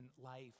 life